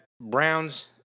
Browns